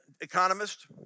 economist